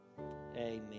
Amen